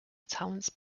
talents